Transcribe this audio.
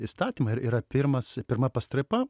įstatymą ir yra pirmas pirma pastraipa